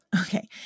Okay